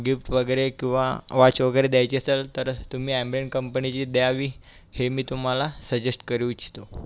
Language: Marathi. गिफ्ट वगैरे किंवा वॉच वगैरे द्यायची असेल तर तुम्ही ॲम्बेन कंपनीची द्यावी हे मी तुम्हाला सजेश्ट करू इच्छितो